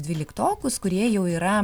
dvyliktokus kurie jau yra